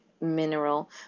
mineral